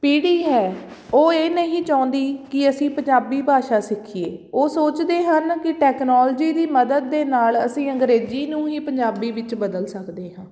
ਪੀੜ੍ਹੀ ਹੈ ਉਹ ਇਹ ਨਹੀਂ ਚਾਹੁੰਦੀ ਕਿ ਅਸੀਂ ਪੰਜਾਬੀ ਭਾਸ਼ਾ ਸਿੱਖੀਏ ਉਹ ਸੋਚਦੇ ਹਨ ਕਿ ਟੈਕਨੋਲਜੀ ਦੀ ਮਦਦ ਦੇ ਨਾਲ ਅਸੀਂ ਅੰਗਰੇਜ਼ੀ ਨੂੰ ਹੀ ਪੰਜਾਬੀ ਵਿੱਚ ਬਦਲ ਸਕਦੇ ਹਾਂ